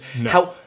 No